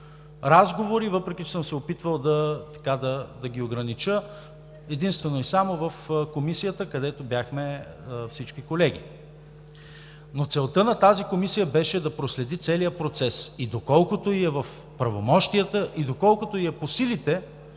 разговори, въпреки че съм се опитвал да ги огранича единствено и само в Комисията, където бяхме всички колеги. Но целта на тази комисия беше да проследи целия процес и доколкото ѝ е в правомощията и доколкото ѝ е по силите,